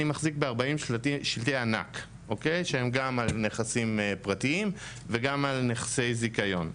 אני מחזיק ב-40 שלטי ענק שהם גם על נכסים פרטיים וגם על נכסי זיכיון.